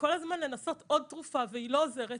וכל הזמן לנסות עוד תרופה והיא לא עוזרת,